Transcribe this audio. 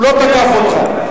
הוא לא תקף אותך.